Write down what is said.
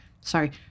sorry